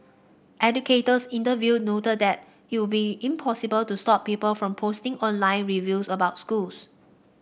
educators interviewed noted that it would be impossible to stop people from posting online reviews about schools